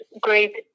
great